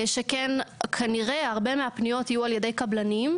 שכן כנראה הרבה מהפניות יהיו על ידי קבלנים,